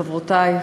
חברותי,